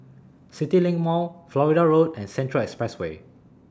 CityLink Mall Florida Road and Central Expressway